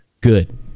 good